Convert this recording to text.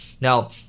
Now